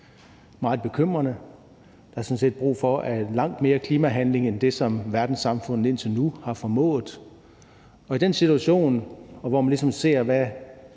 meget bekymrende. Der er sådan set brug for langt mere klimahandling end det, som verdenssamfundet indtil nu har formået. I den situation, hvor man ligesom ser, hvad